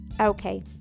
okay